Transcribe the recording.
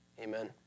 Amen